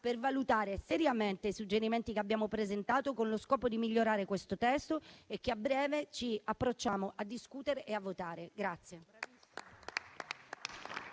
per valutare seriamente i suggerimenti che abbiamo presentato con lo scopo di migliorare questo testo che a breve ci approcciamo a discutere e a votare.